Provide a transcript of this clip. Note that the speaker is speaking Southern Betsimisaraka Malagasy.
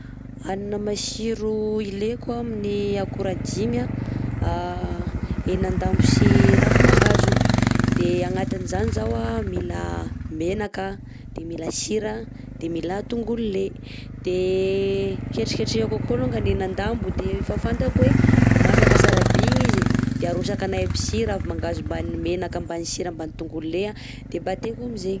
Hanina matsiro ileko a aminà akora dimy a: henan-dambo sy ravimangahazo. De agnatiny zany zaho a mila menaka, de mila sira de mila tongolo lay. De ketriketrehako akao alongany henan-dambo de efa fantako hoe masaka sara by igny izy de arotsaka anay aby sy ravimangahazo, mbany menaka, mbany sira, mbany tongolo lay de bateko am'izay.